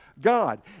god